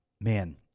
man